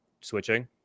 switching